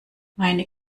meine